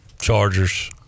chargers